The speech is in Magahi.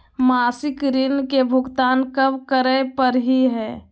मासिक ऋण के भुगतान कब करै परही हे?